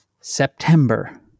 September